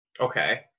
Okay